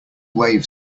wave